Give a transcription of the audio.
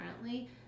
currently